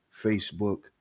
Facebook